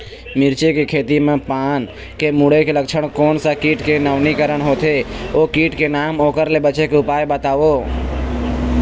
मिर्ची के खेती मा पान के मुड़े के लक्षण कोन सा कीट के नवीनीकरण होथे ओ कीट के नाम ओकर ले बचे के उपाय बताओ?